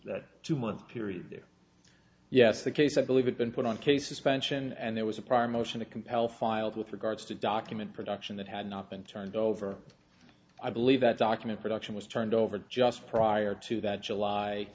basically two month period there yes the case i believe it been put on cases fanchon and there was a prior motion to compel filed with regards to document production that had not been turned over i believe that document production was turned over just prior to that july